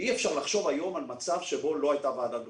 אי אפשר לחשוב היום על מצב שבו לא הייתה ועדת בריאות.